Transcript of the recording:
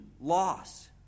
loss